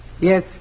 Yes